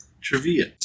Trivia